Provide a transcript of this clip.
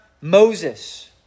Moses